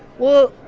well,